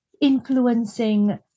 influencing